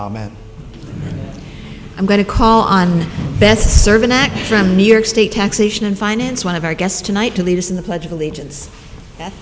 that i'm going to call on best serve an act from new york state taxation and finance one of our guests tonight to lead us in the pledge of allegiance